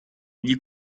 gli